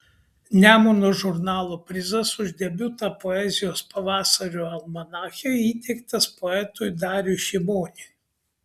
nemuno žurnalo prizas už debiutą poezijos pavasario almanache įteiktas poetui dariui šimoniui